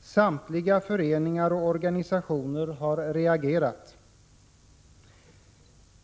Samtliga föreningar och organisationer har reagerat.